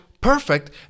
perfect